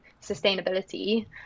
sustainability